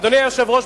אדוני היושב-ראש,